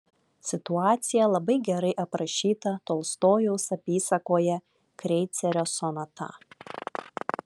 situacija labai gerai aprašyta tolstojaus apysakoje kreicerio sonata